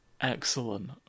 Excellent